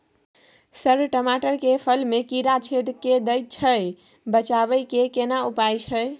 Sir टमाटर के फल में कीरा छेद के दैय छैय बचाबै के केना उपाय छैय?